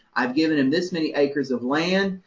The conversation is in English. i've given him this many acres of land,